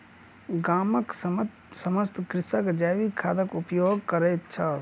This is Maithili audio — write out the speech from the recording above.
गामक समस्त कृषक जैविक खादक उपयोग करैत छल